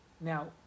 Now